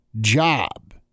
job